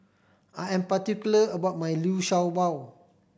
I am particular about my Liu Sha Bao